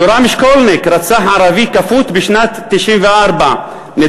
יורם שקולניק רצח ערבי כפות בשנת 1994. הוא